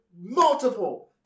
multiple